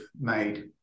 made